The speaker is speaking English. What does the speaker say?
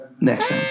next